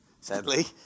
sadly